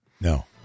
No